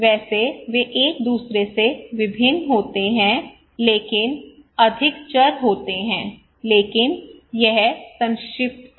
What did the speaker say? वैसे वे एक दूसरे से भिन्न होते हैं लेकिन अधिक चर होते हैं लेकिन यह संक्षिप्त था